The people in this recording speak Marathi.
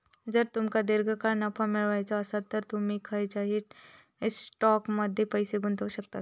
जर तुमका दीर्घकाळ नफो मिळवायचो आसात तर तुम्ही खंयच्याव स्टॉकमध्ये पैसे गुंतवू शकतास